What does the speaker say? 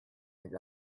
with